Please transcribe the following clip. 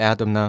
Adam